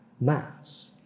mass